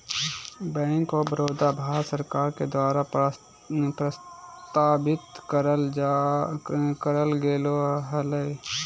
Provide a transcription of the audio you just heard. bank of Baroda, Bharat सरकार द्वारा प्रस्तावित करल गेले हलय